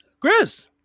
Chris